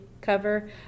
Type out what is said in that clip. cover